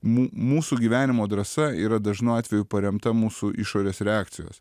mū mūsų gyvenimo drąsa yra dažnu atveju paremta mūsų išorės reakcijos